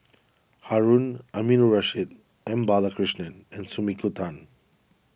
Harun Aminurrashid M Balakrishnan and Sumiko Tan